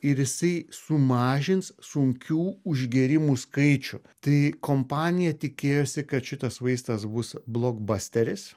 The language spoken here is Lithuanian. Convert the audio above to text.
ir jisai sumažins sunkių užgėrimų skaičių tai kompanija tikėjosi kad šitas vaistas bus blokbasteris